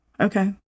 okay